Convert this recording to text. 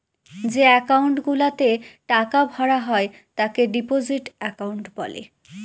যে একাউন্ট গুলাতে টাকা ভরা হয় তাকে ডিপোজিট একাউন্ট বলে